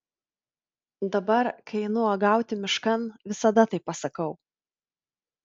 dabar kai einu uogauti miškan visada taip pasakau